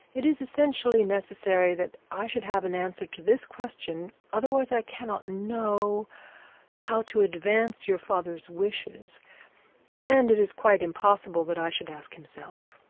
it is essentially necessary that i should have an answer to this question, otherwise i cannot know how to advance your father's wishes and it is quite impossible that i should ask himself.